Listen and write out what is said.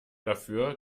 dafür